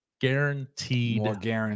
guaranteed